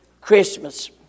Christmas